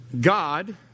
God